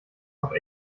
noch